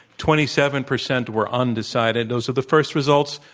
twenty seven percent were undecided. those were the first results.